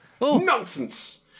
Nonsense